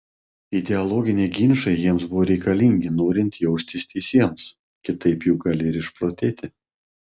ideologiniai ginčai jiems buvo reikalingi norint jaustis teisiems kitaip juk gali ir išprotėti